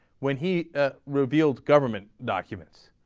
when he revealed government documents,